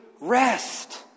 rest